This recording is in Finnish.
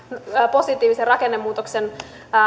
positiivisen rakennemuutoksen